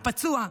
הפצוע,